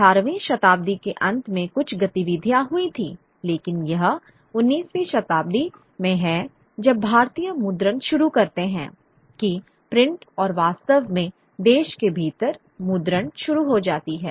18 वीं शताब्दी के अंत में कुछ गतिविधियां हुई थीं लेकिन यह 19वीं शताब्दी में है जब भारतीय मुद्रण शुरू करते हैं कि प्रिंट और वास्तव में देश के भीतर मुद्रण शुरू हो जाती है